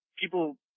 people